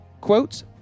quote